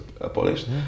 abolished